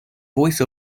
voice